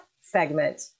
segment